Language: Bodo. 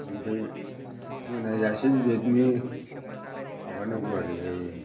ओमफ्राय मोनाजासे बेबायदिनो माबानांगौ आरो बे